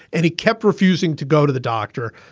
and he kept refusing to go to the doctor.